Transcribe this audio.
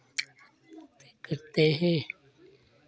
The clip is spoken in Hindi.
अधिक करते हैं